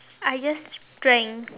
I just drank